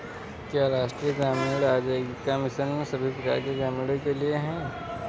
क्या राष्ट्रीय ग्रामीण आजीविका मिशन सभी प्रकार के ग्रामीणों के लिए है?